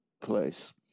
place